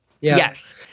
Yes